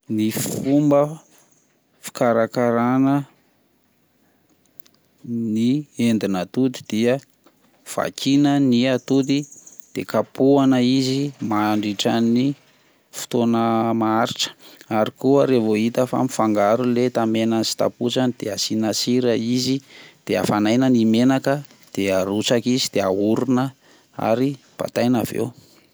Ny fomba fikarakarana ny endin'atody dia vakina ny atody de kapohana izy mandritra ny fotoana maharitra ary koa revo hita fa mifangaro le tamenany sy tapotsiny dia asina sira izy de afanaina ny menaka de arotsaka izy de ahorona ary bataina aveo.